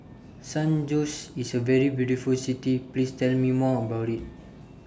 San Jose IS A very beautiful City Please Tell Me More about IT